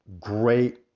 great